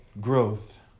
growth